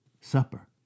supper